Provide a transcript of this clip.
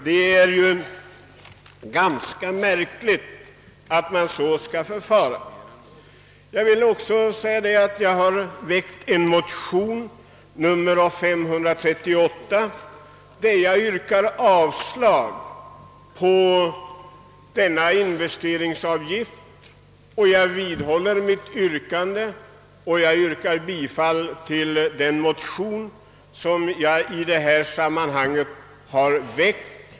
Det är ganska märkligt att man så skall förfara, Jag har väckt en motion, nr 538, i vilken jag yrkar avslag på denna investeringsavgift. Jag vidhåller mitt yrkande och yrkar bifall till den motion som jag i detta sammanhang har väckt.